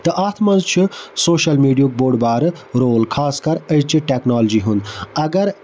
تہٕ اَتھ منٛز چھُ سوشَل میٖڈییٖہُک بوٚڈ بارٕ رول خاص کر أزۍچہِ ٹٮ۪کنالجی ہُنٛد اَگر